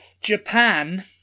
Japan